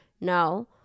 no